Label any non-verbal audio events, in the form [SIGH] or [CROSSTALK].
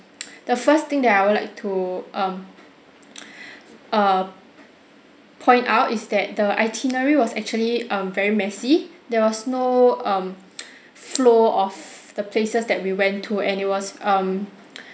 the first thing that I would like to um [NOISE] err point out is that the itinerary was actually um very messy there was no um [NOISE] flow of the places that we went to and it was um [NOISE]